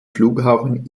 flughafen